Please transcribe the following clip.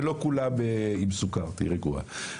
ולא כולם עם סוכר, תהיי רגועה.